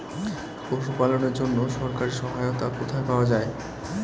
পশু পালনের জন্য সরকারি সহায়তা কোথায় পাওয়া যায়?